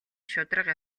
шударга